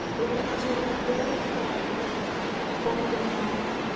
rest your forehead on the mat